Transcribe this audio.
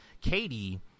katie